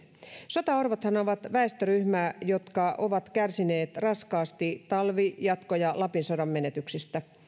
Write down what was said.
sotaorvothan ovat väestöryhmä joka on kärsinyt raskaasti talvi jatko ja lapin sodan menetyksistä